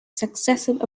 successive